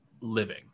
living